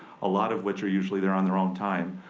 a lot of which are usually they're on their own time,